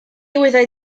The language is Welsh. wyddai